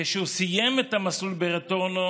כשהוא סיים את המסלול ב"רטורנו"